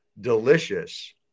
delicious